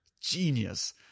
Genius